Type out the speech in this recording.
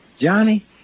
Johnny